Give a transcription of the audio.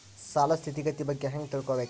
ಸಾಲದ್ ಸ್ಥಿತಿಗತಿ ಬಗ್ಗೆ ಹೆಂಗ್ ತಿಳ್ಕೊಬೇಕು?